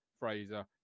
Fraser